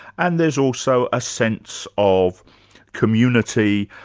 and there's also a sense of community,